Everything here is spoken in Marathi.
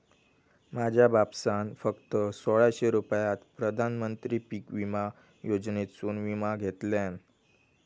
माझ्या बापसान फक्त सोळाशे रुपयात प्रधानमंत्री पीक विमा योजनेसून विमा घेतल्यान